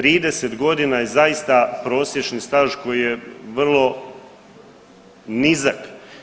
30 godina je zaista prosječni staž koji je vrlo nizak.